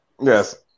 Yes